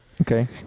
Okay